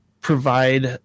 provide